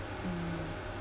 mm